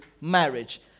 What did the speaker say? marriage